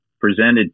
presented